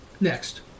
next